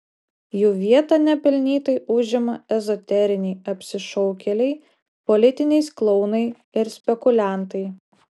jų vietą nepelnytai užima ezoteriniai apsišaukėliai politiniais klounai ir spekuliantai